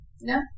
no